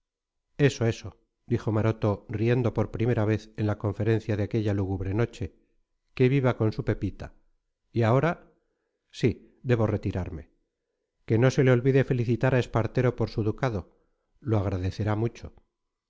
eso eso dijo maroto riendo por primera vez en la conferencia de aquella lúgubre noche que viva con su pepita y ahora sí debo retirarme que no se le olvide felicitar a espartero por su ducado lo agradecerá mucho